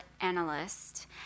analyst